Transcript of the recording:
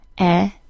E-